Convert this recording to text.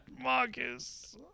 Marcus